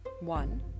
One